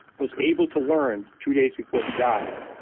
was able to learn two days before he died,